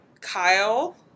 Kyle